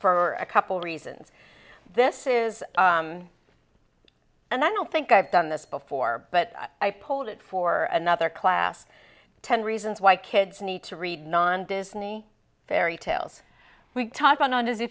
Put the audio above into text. for a couple reasons this is and i don't think i've done this before but i pulled it for another class ten reasons why kids need to read non disney fairy tales we talked on